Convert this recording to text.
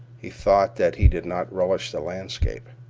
he thought that he did not relish the landscape.